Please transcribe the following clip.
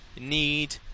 need